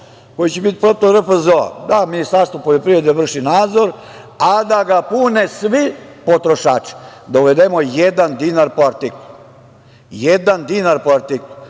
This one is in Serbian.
koji će biti poput RFZO, da Ministarstvo poljoprivrede vrši nadzor, a da ga pune svi potrošači, da uvedemo jedan dinar po artiklu, jedan dinar po artiklu.